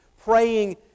praying